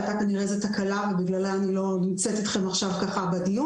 הייתה כנראה תקלה ובגללה אני לא נמצאת אתכם עכשיו בדיון,